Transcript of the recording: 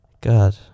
God